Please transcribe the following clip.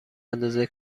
اندازه